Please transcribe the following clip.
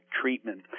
treatment